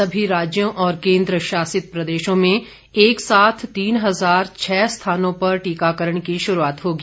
सभी राज्यों और केंद्र शासित प्रदेशों में एक साथ तीन हजार छह स्थानों पर टीकाकरण की शुरूआत होगी